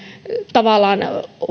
tavallaan